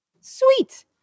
Sweet